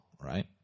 right